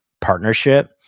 partnership